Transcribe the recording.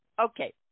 Okay